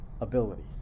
ability